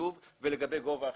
החיוב ולגבי גובה החיוב.